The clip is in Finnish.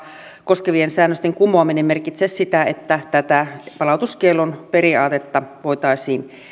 koskevien säännösten kumoaminen merkitse sitä että tätä palautuskiellon periaatetta voitaisiin